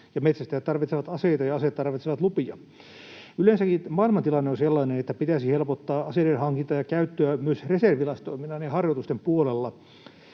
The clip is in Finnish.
metsästäjät tarvitsevat aseita, ja aseet tarvitsevat lupia. Yleensäkin maailmantilanne on sellainen, että pitäisi helpottaa aseiden hankintaa ja käyttöä myös reserviläistoiminnan ja harjoitusten puolella.